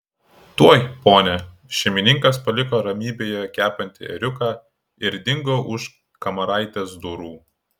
tuoj pone šeimininkas paliko ramybėje kepantį ėriuką ir dingo už kamaraitės durų